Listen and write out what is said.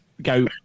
go